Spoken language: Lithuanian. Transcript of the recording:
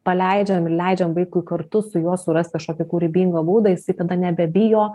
paleidžiam ir leidžiam vaikui kartu su juo surast kažkokį kūrybingą būdą jisai tada nebebijo